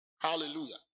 Hallelujah